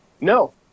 No